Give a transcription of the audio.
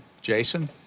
Jason